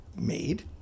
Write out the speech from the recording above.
made